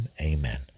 amen